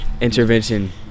intervention